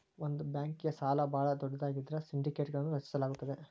ಒಂದ ಬ್ಯಾಂಕ್ಗೆ ಸಾಲ ಭಾಳ ದೊಡ್ಡದಾಗಿದ್ರ ಸಿಂಡಿಕೇಟ್ಗಳನ್ನು ರಚಿಸಲಾಗುತ್ತದೆ